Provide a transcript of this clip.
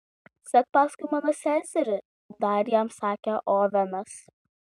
sek paskui mano seserį dar jam sakė ovenas